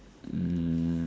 um